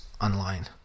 online